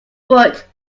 foot